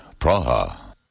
Praha